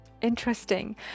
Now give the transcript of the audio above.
interesting